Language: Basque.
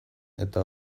eta